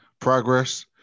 progress